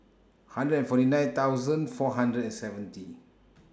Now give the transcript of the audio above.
hundred and forty nine thousand four hundred and seventy